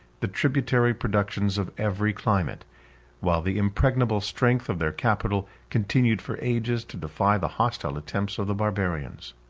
the tributary productions of every climate while the impregnable strength of their capital continued for ages to defy the hostile attempts of the barbarians.